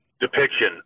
depiction